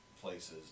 places